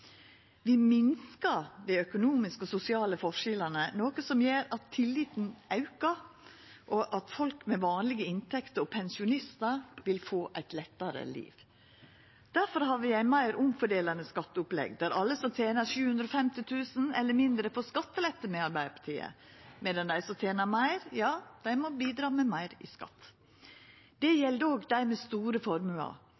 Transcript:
Vi minskar dei økonomiske og sosiale forskjellane, noko som gjer at tilliten aukar, og at folk med vanlege inntekter og pensjonistar får eit lettare liv. Difor har vi eit meir omfordelande skatteopplegg, der alle som tener 750 000 kr eller mindre, får skattelette med Arbeidarpartiet, medan dei som tener meir, må bidra med meir i skatt. Det